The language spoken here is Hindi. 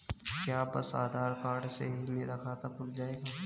क्या बस आधार कार्ड से ही मेरा खाता खुल जाएगा?